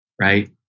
right